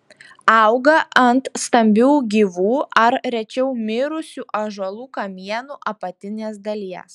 auga ant stambių gyvų ar rečiau mirusių ąžuolų kamienų apatinės dalies